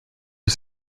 was